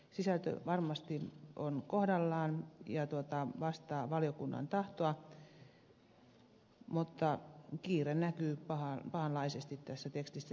sisältö varmasti on kohdallaan ja vastaa valiokunnan tahtoa mutta kiire näkyy pahanlaisesti tässä tekstissä